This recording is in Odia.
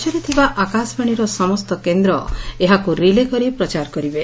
ରାଜ୍ୟରେ ଥିବା ଆକାଶବାଶୀର ସମସ୍ତ କେନ୍ଦ୍ର ଏହାକୁ ରିଲେ କରି ପ୍ରଚାର କରିବେ